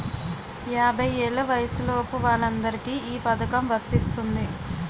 యాభై ఏళ్ల వయసులోపు వాళ్ళందరికీ ఈ పథకం వర్తిస్తుంది